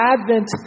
Advent